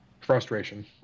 frustration